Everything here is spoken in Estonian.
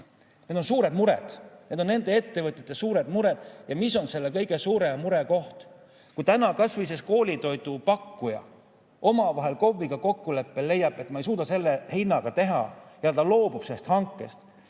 Need on suured mured, need on nende ettevõtjate suured mured. Ja mis on selle kõige suurem murekoht? Kui täna kas või koolitoidu pakkuja KOV-ga kokkuleppel leiab, et ta ei suuda selle hinnaga teha ja ta loobub sellest hankest,